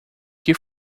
que